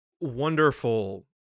wonderful